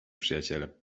przyjaciele